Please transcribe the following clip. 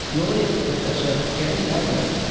laureate professor kevin galvin.